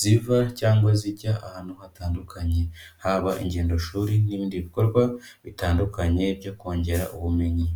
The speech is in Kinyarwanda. ziva cyangwa zijya ahantu hatandukanye, haba ingendoshuri n'ibindi bikorwa bitandukanye byo kongera ubumenyi.